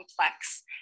complex